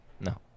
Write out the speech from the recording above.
no